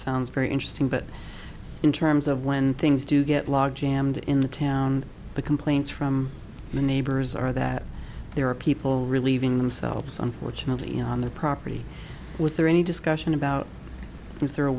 sounds very interesting but in terms of when things do get law jammed in the town the complaints from the neighbors are that there are people relieving themselves unfortunately on the property was there any discussion about is there a